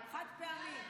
חד-פעמי.